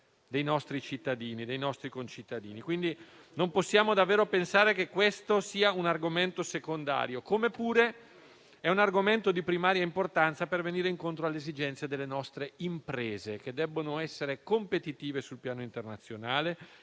profondissime dei nostri concittadini. Quindi, non possiamo davvero pensare che questo sia un argomento secondario; anzi, è un argomento di primaria importanza per venire incontro alle esigenze delle nostre imprese, che debbono essere competitive sul piano internazionale